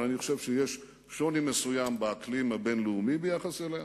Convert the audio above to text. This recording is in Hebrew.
אבל אני חושב שיש שוני מסוים באקלים הבין-לאומי ביחס אליה,